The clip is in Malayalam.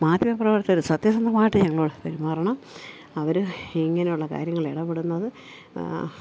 മാധ്യമപ്രവർത്തകർ സത്യസന്ധമായ പാട്ട് ഞങ്ങള തരുമാനം അവർ ഇങ്ങനെയുള്ള കാര്യങ്ങൾ ഇടപടുന്നത്